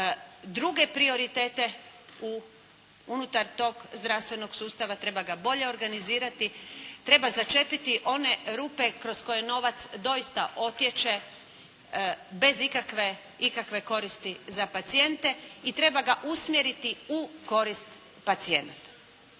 druge prioritete unutar tog zdravstvenog sustava, treba ga bolje organizirati. Treba začepiti one rupe kroz koje novac doista otječe bez ikakve koristi za pacijente i treba ga usmjeriti u korist pacijenata.